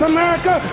America